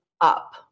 up